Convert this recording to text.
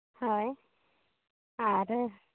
ᱦᱳᱭ ᱟᱨ